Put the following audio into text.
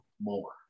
more